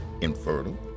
infertile